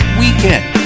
weekend